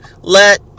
let